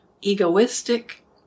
egoistic